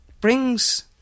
brings